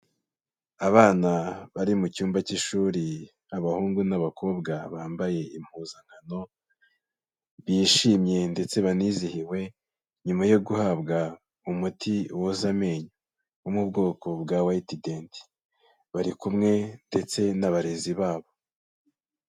Abana bari mu cyumba cy'ishuri, abahungu n'abakobwa bambaye impuzankano, bishimye ndetse banizihiwe, nyuma yo guhabwa umuti woza amenyo wo mu bwoko bwa White dent, bari kumwe ndetse n'abarezi babo.